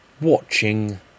watching